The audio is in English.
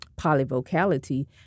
polyvocality